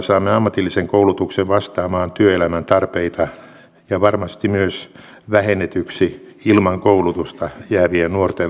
nimittäin aikanaan oli hyvä kun tämä kommunistinen sekatalousjärjestelmä vaikutti hyvin pitkälle tuolta neuvostoliitosta meille